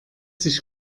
sich